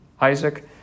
Isaac